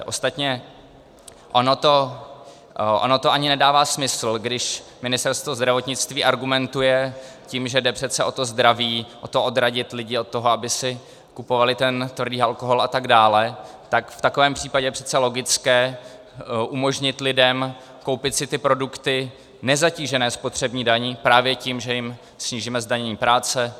Ostatně ono to ani nedává smysl, když Ministerstvo zdravotnictví argumentuje tím, že jde přece o to zdraví, o to, odradit lidi od toho, aby si kupovali ten tvrdý alkohol atd., tak v takovém případě je přece logické umožnit lidem koupit si ty produkty nezatížené spotřební daní právě tím, že jim snížíme zdanění práce.